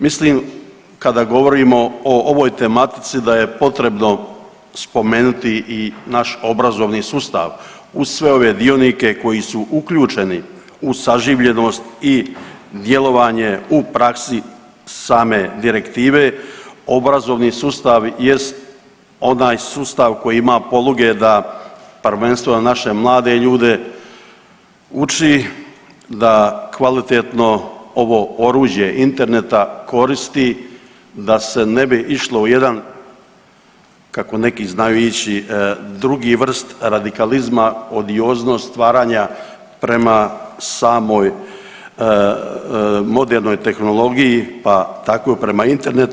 Mislim kada govorimo o ovoj tematici da je potrebno spomenuti i naš obrazovni sustav uz sve ove dionike koji su uključenost u saživljenost i djelovanje u praksi same direktive, obrazovni sustav jest onaj sustav koji ima poluge da prvenstveno naše mlade ljude uči da kvalitetno ovo oruđe interneta koristi da se ne bi išlo u jedan kako neki znaju ići, drugi vrst radikalizma odioznost stvaranja prema samoj modernoj tehnologiji pa tako i prema internetu.